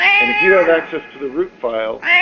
and if you have access to the root file